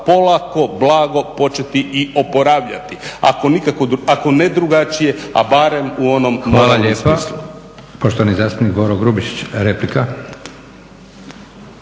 polako blago početi i oporavljati. Ako ne drugačije, a barem u onom … smislu.